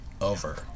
over